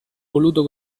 voluto